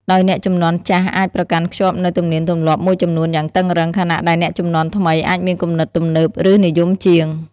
ដោយអ្នកជំនាន់ចាស់អាចប្រកាន់ខ្ជាប់នូវទំនៀមទម្លាប់មួយចំនួនយ៉ាងតឹងរ៉ឹង ខណៈដែលអ្នកជំនាន់ថ្មីអាចមានគំនិតទំនើប ឬនិយមជាង។